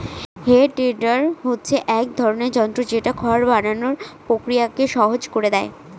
হে tedder হচ্ছে এক ধরনের যন্ত্র যেটা খড় বানানোর প্রক্রিয়াকে সহজ করে দেয়